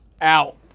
out